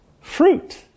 Fruit